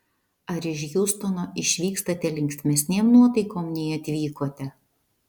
ar iš hjustono išvykstate linksmesnėm nuotaikom nei atvykote